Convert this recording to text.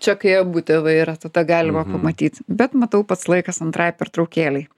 čia kai abu tėvai yra tada galima pamatyt bet matau pats laikas antrai pertraukėlei